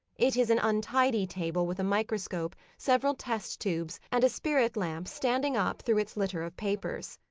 it is an untidy table with a microscope, several test tubes, and a spirit lamp standing up through its litter of papers.